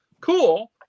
Cool